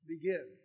begin